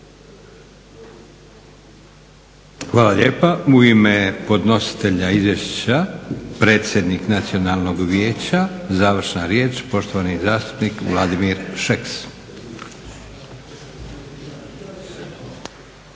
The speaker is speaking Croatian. Hvala lijepa. U ime podnositelja izvješća predsjednik Nacionalnog vijeća, završna riječ, poštovani zastupnik Vladimir Šeks.